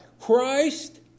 Christ